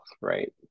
right